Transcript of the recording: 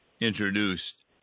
introduced